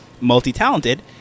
multi-talented